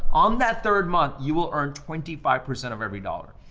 on that third month, you will earn twenty five percent of every dollar.